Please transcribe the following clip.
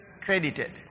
Credited